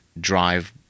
drive